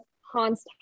Han's